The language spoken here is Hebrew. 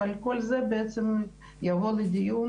אבל כל זה יבוא לדיון